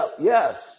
Yes